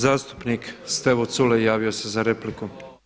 Zastupnik Stevo Culej javio se za repliku.